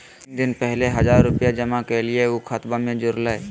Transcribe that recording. तीन दिन पहले हजार रूपा जमा कैलिये, ऊ खतबा में जुरले?